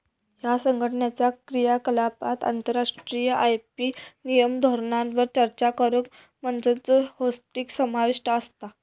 ह्या संघटनाचा क्रियाकलापांत आंतरराष्ट्रीय आय.पी नियम आणि धोरणांवर चर्चा करुक मंचांचो होस्टिंग समाविष्ट असता